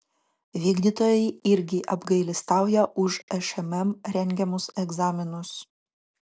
vykdytojai irgi apgailestauja už šmm rengiamus egzaminus